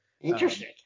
Interesting